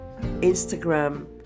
Instagram